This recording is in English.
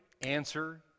answer